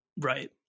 Right